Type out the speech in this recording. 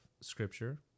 scripture